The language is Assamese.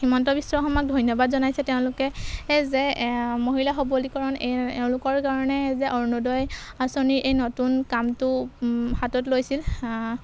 হিমন্ত বিশ্ব শৰ্মাক ধন্যবাদ জনাইছে তেওঁলোকে যে মহিলা সবলীকৰণ তেওঁলোকৰ কাৰণে যে অৰুণোদয় আঁচনিৰ এই নতুন কামটো হাতত লৈছিল